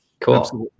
Cool